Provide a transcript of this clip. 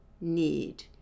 need